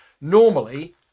Normally